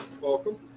Welcome